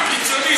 את האנטי-ציונות